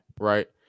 right